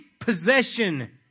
possession